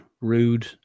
Rude